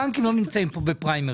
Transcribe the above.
הבנקים לא נמצאים פה בפריימריז.